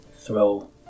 throw